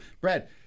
Brad